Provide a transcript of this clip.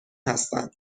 هستند